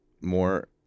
more –